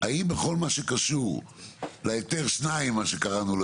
האם בכל מה שקשור להיתר שניים מה שקראנו לו